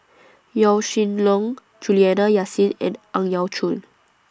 Yaw Shin Leong Juliana Yasin and Ang Yau Choon